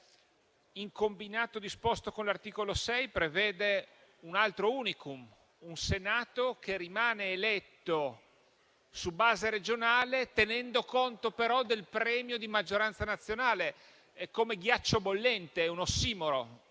in combinato disposto con l'articolo 6, prevede un altro *unicum*, ossia un Senato che rimane eletto su base regionale, tenendo conto però del premio di maggioranza nazionale. È come ghiaccio bollente, è un ossimoro: